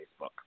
Facebook